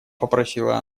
попросила